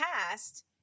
past